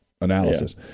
analysis